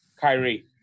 Kyrie